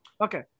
Okay